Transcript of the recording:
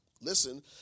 Listen